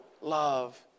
love